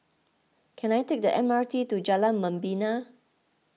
can I take the M R T to Jalan Membina